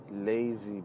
lazy